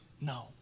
No